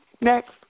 Next